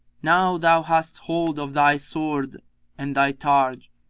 now thou hast hold of thy sword and thy targe.